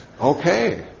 Okay